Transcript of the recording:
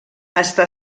està